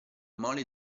mole